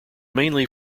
mainly